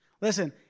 Listen